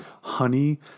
honey